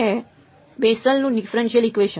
બેસેલનું differential equation